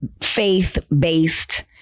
faith-based